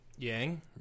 Yang